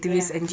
ya